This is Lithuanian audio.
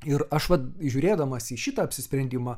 ir aš vat žiūrėdamas į šitą apsisprendimą